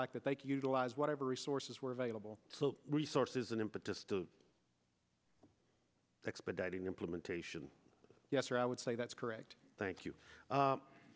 like that they queued allies whatever resources were available resources and impetus to expediting implementation yes or i would say that's correct thank you